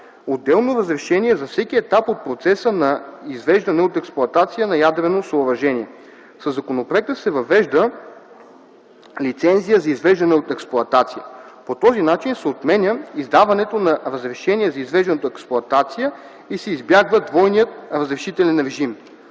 отделно разрешение за всеки етап от процеса на извеждане от експлоатация на ядрено съоръжение. Със законопроекта се въвежда лицензия за извеждане от експлоатация. По този начин се отменя издаването на разрешения за извеждане от експлоатация и се избягва двойният разрешителен режим.